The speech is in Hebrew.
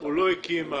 הוא הקים עבורו.